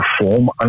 perform